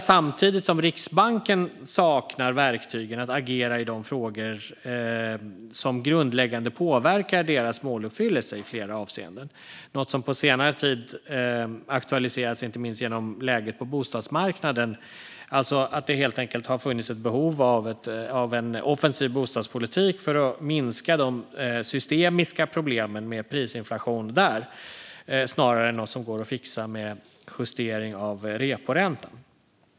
Samtidigt saknar Riksbanken verktygen för att agera i de frågor som grundläggande påverkar deras måluppfyllelse i flera avseenden. Detta är något som på senare tid har aktualiserats inte minst genom läget på bostadsmarknaden. Det har helt enkelt funnits ett behov av en offensiv bostadspolitik för att minska de systemiska problemen med prisinflation där snarare än av något som går att fixa med justering av reporäntan.